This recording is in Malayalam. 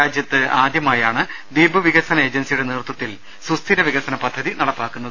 രാജ്യത്ത് ആദ്യമായാണ് ദ്വീപ് വികസന ഏജൻസിയുടെ നേതൃത്വത്തിൽ സുസ്ഥിര വികസന പദ്ധതി നടപ്പിലാക്കുന്നത്